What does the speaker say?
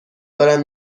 دارم